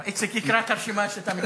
איציק יקרא את הרשימה שאתה מכיר.